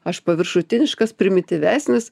aš paviršutiniškas primityvesnis